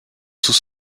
sous